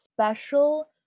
special